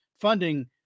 funding